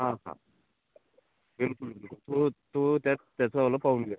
हा हा बिलकुल बिलकुल तो तो त्याचावाला पाहून घेतो